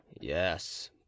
yes